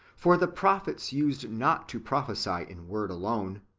for the prophets used not to prophesy in word alone,